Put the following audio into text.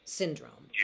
syndrome